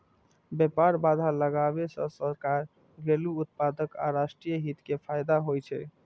व्यापार बाधा लगाबै सं सरकार, घरेलू उत्पादक आ राष्ट्रीय हित कें फायदा होइ छै